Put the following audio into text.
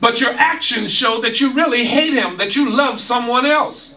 but your actions show that you really hate him that you love someone else